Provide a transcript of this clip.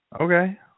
Okay